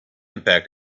impact